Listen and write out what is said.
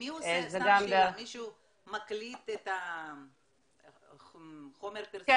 שאלה, מישהו מקליט את החומר הפרסומי?